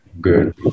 good